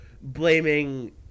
blaming